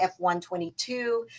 F122